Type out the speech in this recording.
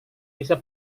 bisa